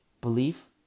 belief